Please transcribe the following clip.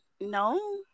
No